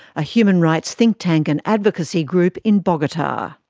a human rights think tank and advocacy group in bogota.